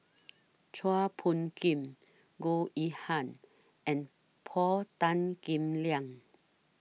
Chua Phung Kim Goh Yihan and Paul Tan Kim Liang